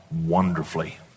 wonderfully